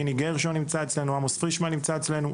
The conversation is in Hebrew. פיני גרשון נמצא אצלנו, עמוס פרישמן נמצא אצלנו.